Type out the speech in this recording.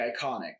iconic